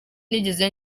nigeze